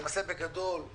בגדול,